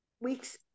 weeks